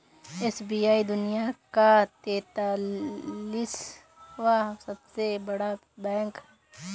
SBI दुनिया का तेंतालीसवां सबसे बड़ा बैंक है